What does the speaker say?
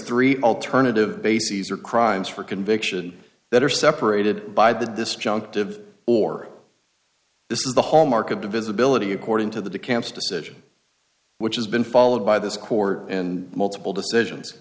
three alternative bases are crimes for conviction that are separated by the disjunctive or this is the hallmark of divisibility according to the two camps decision which has been followed by this court and multiple decisions